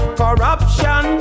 corruption